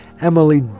Emily